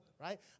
Right